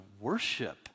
worship